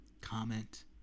Comment